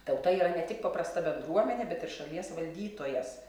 tauta yra ne tik paprasta bendruomenė bet ir šalies valdytojas